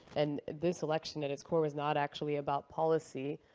and this election, at its core, was not actually about policy.